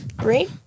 Three